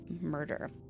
murder